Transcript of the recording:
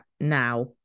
now